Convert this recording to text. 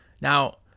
Now